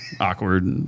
awkward